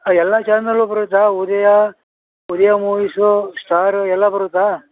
ಎಲ್ಲ ಚಾನಲ್ಲು ಬರುತ್ತಾ Udaya Udaya movies star ಎಲ್ಲ ಬರುತ್ತಾ